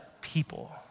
people